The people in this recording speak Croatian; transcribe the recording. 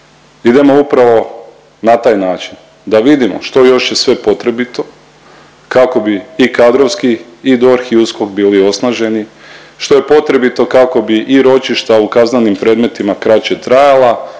idemo upravo na taj način da vidimo što još je sve potrebito kako bi i kadrovski i DORH i USKOK bili osnaženi, što je potrebito kako bi i ročišta u kaznenim predmetima kraće trajala,